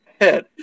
head